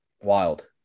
Wild